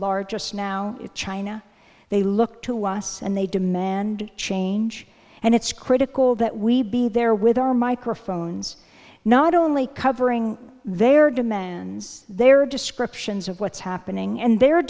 largest now china they look to us and they demand change and it's critical that we be there with our microphones not only covering their demands their descriptions of what's happening and the